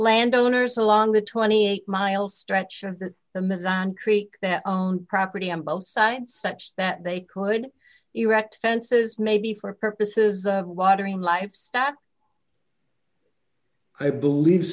landowners along the twenty eight mile stretch of that the mizzen creek that own property on both sides such that they could erect fences maybe for purposes of watering livestock i believe